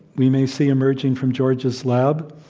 we may see, emerging from george's lab,